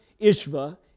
Ishva